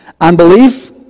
Unbelief